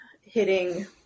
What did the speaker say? hitting